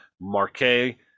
marquet